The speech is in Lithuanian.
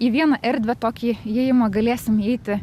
į vieną erdvę tokį įėjimą galėsim įeiti